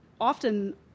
often